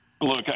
Look